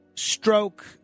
Stroke